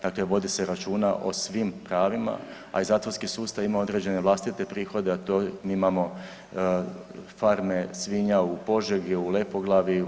Dakle, vodi se računa o svim pravima, a i zatvorski sustav ima određene vlastite prihode, a to mi imamo farme svinja u Požegi, u Lepoglavi.